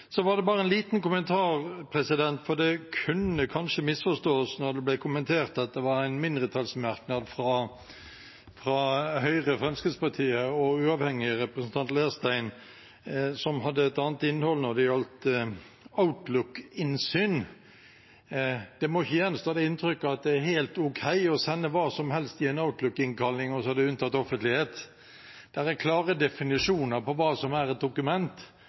Så bare en liten kommentar: Det kunne kanskje misforstås da det ble kommentert at det var en mindretallsmerknad fra Høyre, Fremskrittspartiet og uavhengig representant Leirstein som hadde et annet innhold når det gjaldt Outlook-innsyn. Det må ikke gjenstå det inntrykket at det er helt ok å sende hva som helst i en Outlook-innkalling, og så er det unntatt offentlighet. Det er klare definisjoner på hva som er et dokument.